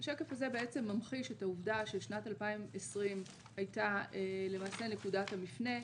השקף הזה ממחיש את העובדה ששנת 2020 הייתה נקודת המפנה.